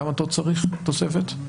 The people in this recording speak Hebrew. כמה אתה צריך תוספת?